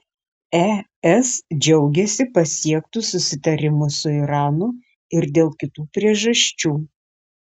es džiaugiasi pasiektu susitarimu su iranu ir dėl kitų priežasčių